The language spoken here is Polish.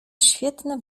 świetne